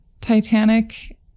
Titanic